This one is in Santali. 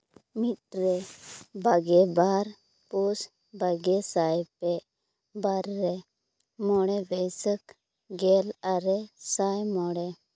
ᱢᱤᱫ ᱨᱮ ᱵᱟᱜᱮ ᱵᱟᱨ ᱯᱩᱥ ᱵᱟᱜᱮ ᱥᱟᱭ ᱯᱮ ᱵᱟᱨ ᱨᱮ ᱢᱚᱬᱮ ᱵᱟᱹᱭᱥᱟᱹᱠᱷ ᱜᱮᱞ ᱟᱨᱮ ᱥᱟᱭ ᱢᱚᱬᱮ